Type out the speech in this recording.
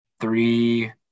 three